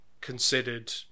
considered